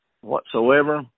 whatsoever